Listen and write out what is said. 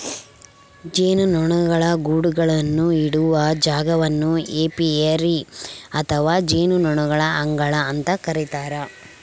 ಜೇನುನೊಣಗಳ ಗೂಡುಗಳನ್ನು ಇಡುವ ಜಾಗವನ್ನು ಏಪಿಯರಿ ಅಥವಾ ಜೇನುನೊಣಗಳ ಅಂಗಳ ಅಂತ ಕರೀತಾರ